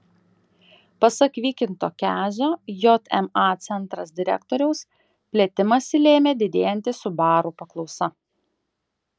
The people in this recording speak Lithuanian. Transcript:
pasak vykinto kezio jma centras direktoriaus plėtimąsi lėmė didėjanti subaru paklausa